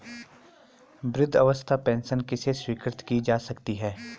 वृद्धावस्था पेंशन किसे स्वीकृत की जा सकती है?